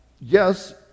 yes